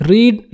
Read